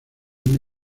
una